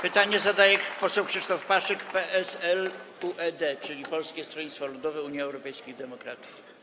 Pytanie zadaje poseł Krzysztof Paszyk, PSL - UED, czyli Polskie Stronnictwo Ludowe - Unia Europejskich Demokratów.